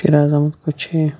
Shiraz Ahmad Kuchay